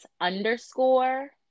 underscore